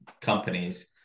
companies